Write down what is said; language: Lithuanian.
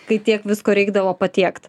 kai tiek visko reikdavo patiekt